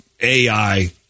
AI